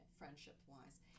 friendship-wise